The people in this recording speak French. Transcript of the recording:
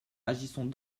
agissons